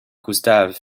gustav